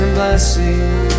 blessing